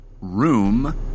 Room